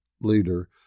leader